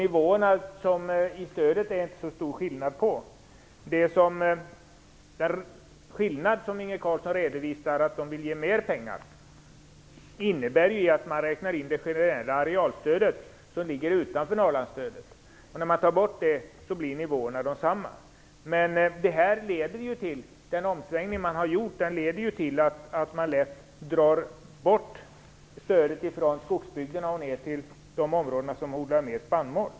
Nivåerna i stödet är det inte så stor skillnad på. Inge Carlsson visar att de vill ge mer pengar, men det innebär att man räknar in det generella arealstödet, som ligger utanför Norrlandsstödet. När man tar bort det blir nivåerna desamma. Men den omsvängning man har gjort leder ju till att man lätt drar bort stödet från skogsbygderna och ner till de områden som odlar mer spannmål.